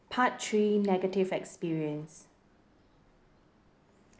part three negative experience